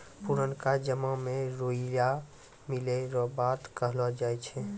पुरनका जमाना मे रुइया मिलै रो बात कहलौ जाय छै